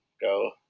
go